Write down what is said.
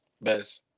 best